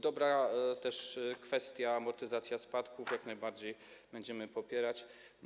Dobra też kwestia - amortyzacja spadków, jak najbardziej będziemy to popierać.